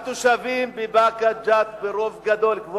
אני תושב באקה-אל-ע'רביה, שכחת?